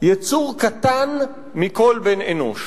יצור קטן מכל בן אנוש.